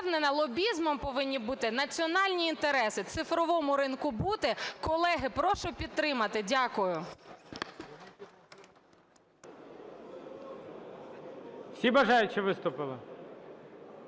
лобізмом повинні бути національні інтереси, цифровому ринку бути. Колеги, прошу підтримати. Дякую. ГОЛОВУЮЧИЙ. Всі бажаючі виступили?